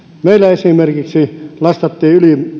meillä esimerkiksi lastattiin